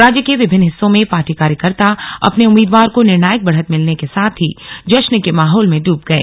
राज्य के विभिन्न हिस्सों में पार्टी कार्यकर्ता अपने उम्मीदवार को निर्णायक बढ़त मिलने के साथ ही जश्न के माहौल में डब गए